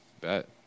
Bet